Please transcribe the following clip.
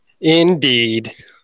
Indeed